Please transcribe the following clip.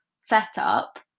setup